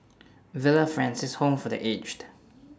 Villa Francis Home For The Aged